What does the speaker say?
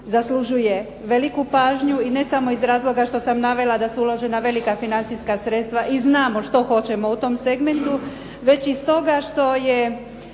zaslužuje veliku pažnju i ne samo iz razloga što sam navela da su uložena velika financijska sredstva i znamo što hoćemo u tom segmentu, već iz toga što je